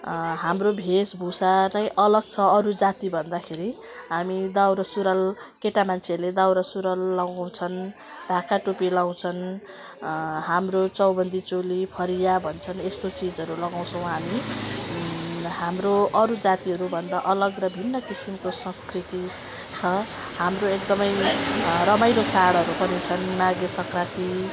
हाम्रो वेशभूषा नै अलग छ अरू जातिभन्दाखेरि हामी दौरासुरुवाल केटा मान्छेले दौरासुरुवाल लगाउँछन् ढाका टोपीहरू लगाउँछन् हाम्रो चौबन्दी चोली फरिया भन्छन् यस्तो चिजहरू लगाउँछौँ हामी हाम्रो अरू जातिहरूभन्दा अलग र भिन्न किसिमको संस्कृति छ हाम्रो एकदमै रमाइलो चाडहरू पनि छन् माघे सङ्क्रान्ति